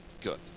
good